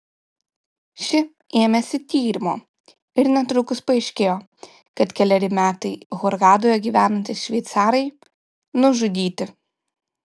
ši ėmėsi tyrimo ir netrukus paaiškėjo kad keleri metai hurgadoje gyvenantys šveicarai nužudyti